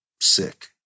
Sick